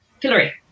Hillary